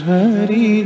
Hari